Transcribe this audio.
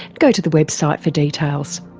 go to the website for details.